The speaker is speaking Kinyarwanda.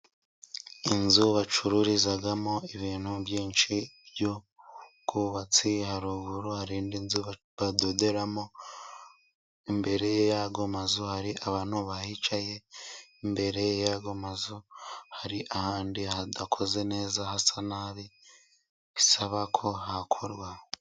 Inzu bacururizamo ibintu byinshi by'ubwubatsi. Haruguru hari indi nzu badoderamo. Imbere yayo mazu hari abantu bahicaye. Imbere ayo amazu hari ahandi hadakoze neza hasa nabi bisaba ko hakorwa.